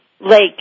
lake